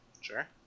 Sure